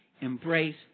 embrace